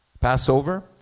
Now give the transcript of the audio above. Passover